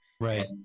Right